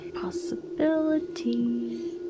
Possibilities